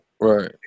Right